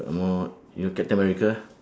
orh you know captain america